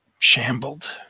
shambled